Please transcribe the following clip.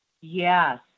Yes